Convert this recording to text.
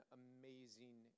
amazing